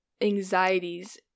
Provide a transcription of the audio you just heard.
anxieties